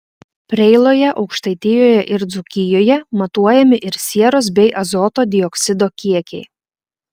preiloje aukštaitijoje ir dzūkijoje matuojami ir sieros bei azoto dioksido kiekiai